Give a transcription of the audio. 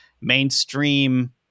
Mainstream